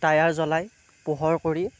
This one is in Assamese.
টায়াৰ জ্বলাই পোহৰ কৰি